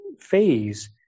phase